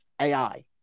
AI